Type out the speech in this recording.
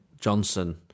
Johnson